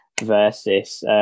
Versus